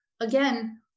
again